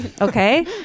Okay